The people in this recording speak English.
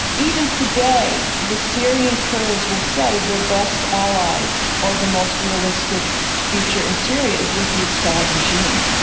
even today, the syrian kurds will say their best ally or the most realistic future in syria is with the assad regime.